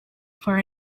for